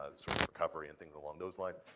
ah sort of covering and things along those lines.